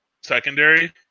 secondary